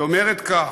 היא אומרת כך: